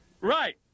right